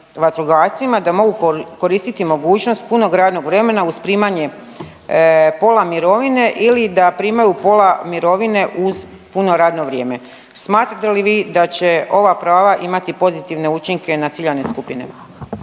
da mogu koristiti mogućnost punog radnog vremena uz primanje pola mirovine ili da primaju pola mirovine uz puno radno vrijeme. Smatrate li vi da će ova prava imati pozitivne učinke na ciljane skupine?